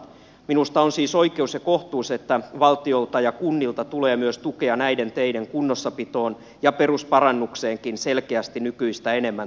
minusta on siis oikeus ja kohtuus että valtiolta ja kunnilta tulee tukea myös näiden teiden kunnossapitoon ja perusparannukseenkin selkeästi nykyistä enemmän tulevaisuudessa